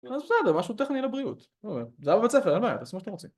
אז בסדר, משהו טכני לבריאות, זה היה בבית ספר, אין בעיה, תעשו מה שאתה רוצים